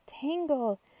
tangle